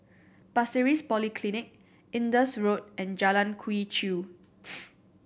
Pasir Ris Polyclinic Indus Road and Jalan Quee Chew